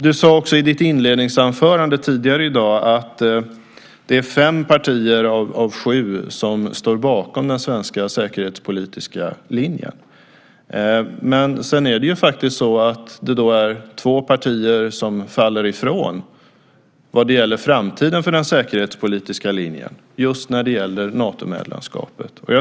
Du sade i ditt inledningsanförande att det är fem partier av sju som står bakom den svenska säkerhetspolitiska linjen. Men det är två partier som faller ifrån vad gäller framtiden för den säkerhetspolitiska linjen i fråga om Natomedlemskapet.